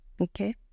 Okay